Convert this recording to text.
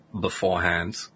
beforehand